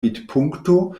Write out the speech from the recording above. vidpunkto